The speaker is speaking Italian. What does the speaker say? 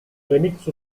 remix